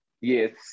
yes